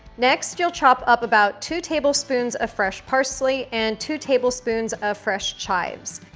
next, you'll chop up about two tablespoons of fresh parsley and two tablespoons of fresh chives.